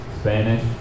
Spanish